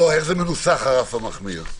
איך מנוסח הרף המחמיר?